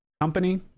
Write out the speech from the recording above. company